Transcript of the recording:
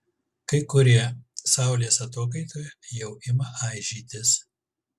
kai kurie saulės atokaitoje jau ima aižytis